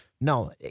no